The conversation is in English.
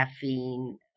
caffeine